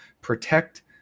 protect